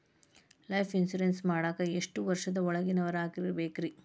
Life insurance ಮಾಡಾಕ ಎಷ್ಟು ವರ್ಷದ ಒಳಗಿನವರಾಗಿರಬೇಕ್ರಿ?